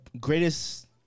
greatest